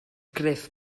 gruff